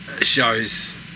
shows